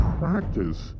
practice